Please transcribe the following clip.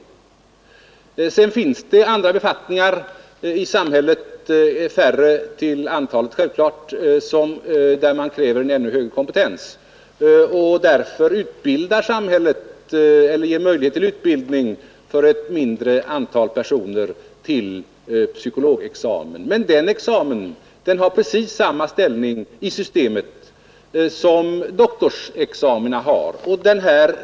Vidare finns det andra befattningar i samhället, självklart färre till antalet, för vilka det krävs en ännu högre kompetens. Därför ger samhället möjlighet till utbildning för ett mindre antal personer till psykologexamen. Men den examen har precis samma ställning i systemet som doktorsexamina har.